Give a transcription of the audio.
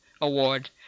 Award